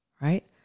right